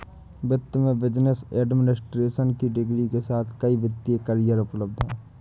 वित्त में business administration की डिग्री के साथ कई वित्तीय करियर उपलब्ध हैं